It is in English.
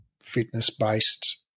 fitness-based